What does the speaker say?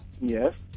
Yes